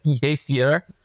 behavior